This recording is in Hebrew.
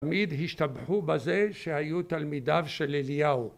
תמיד השתבחו בזה שהיו תלמידיו של אליהו.